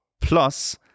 Plus